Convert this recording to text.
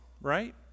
Right